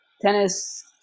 tennis